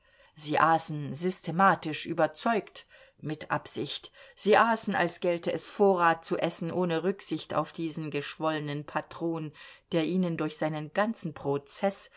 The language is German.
sie aßen systematisch überzeugt mit absicht sie aßen als gelte es vorrat zu essen ohne rücksicht auf diesen geschwollnen patron der ihnen durch seinen ganzen prozeß